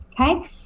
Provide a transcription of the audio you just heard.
okay